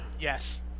Yes